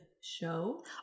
show